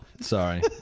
sorry